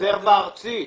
רזרבה ארצית.